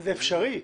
זה אפשרי.